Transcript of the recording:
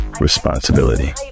Responsibility